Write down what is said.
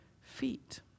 feet